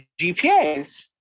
GPAs